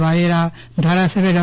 વાલેરા ધારાસભ્ય ડો